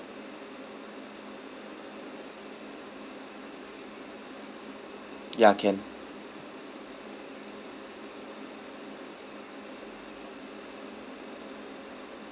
ya can